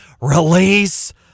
release